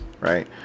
right